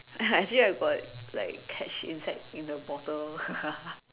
actually I got like like catch insect in the bottle